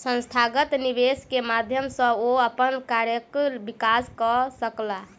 संस्थागत निवेश के माध्यम सॅ ओ अपन कार्यक विकास कय सकला